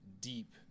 deep